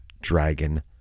Dragon